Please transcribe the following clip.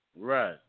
Right